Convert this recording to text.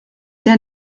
sehr